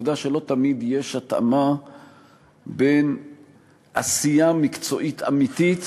היא העובדה שלא תמיד יש התאמה בין עשייה מקצועית אמיתית